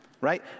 right